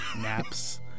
naps